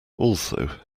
also